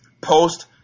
post